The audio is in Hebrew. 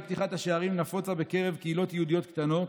פתיחת השערים נפוצה בקרב קהילות יהודיות קטנות,